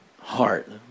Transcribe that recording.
heart